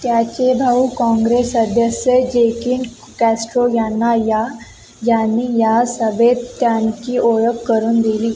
त्याचे भाऊ काँग्रेस सदस्य जेकीन कॅस्ट्रो यांना या यांनी या सभेत त्यांची ओळख करून दिली